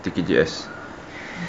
T_K_J_S